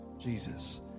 Jesus